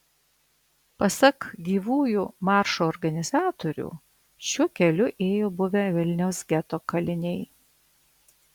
pasak gyvųjų maršo organizatorių šiuo keliu ėjo buvę vilniaus geto kaliniai